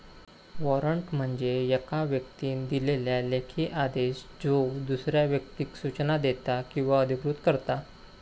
warrant म्हणजे येका व्यक्तीन दिलेलो लेखी आदेश ज्यो दुसऱ्या व्यक्तीक सूचना देता किंवा अधिकृत करता